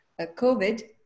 COVID